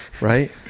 right